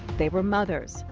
they were mothers.